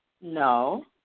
No